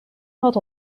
had